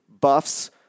Buffs